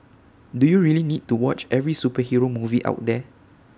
do you really need to watch every superhero movie out there